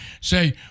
say